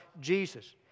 Jesus